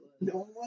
No